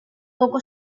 poco